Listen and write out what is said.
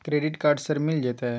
Credit card sir मिल जेतै?